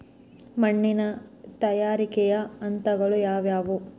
ಮಣ್ಣಿನ ತಯಾರಿಕೆಯ ಹಂತಗಳು ಯಾವುವು?